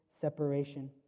separation